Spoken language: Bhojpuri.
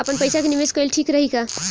आपनपईसा के निवेस कईल ठीक रही का?